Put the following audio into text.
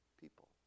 people